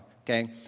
okay